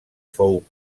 fou